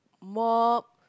mop